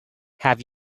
have